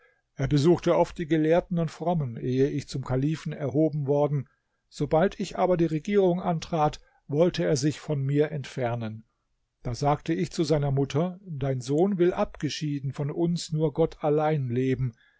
er besuchte oft die gelehrten und frommen ehe ich zum kalifen erhoben worden sobald ich aber die regierung antrat wollte er sich von mir entfernen da sagte ich zu seiner mutter dein sohn will abgeschieden von uns nur gott allein leben